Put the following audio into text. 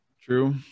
True